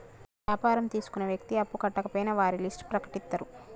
వ్యాపారం తీసుకున్న వ్యక్తి అప్పు కట్టకపోయినా వారి లిస్ట్ ప్రకటిత్తరు